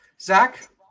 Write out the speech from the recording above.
Zach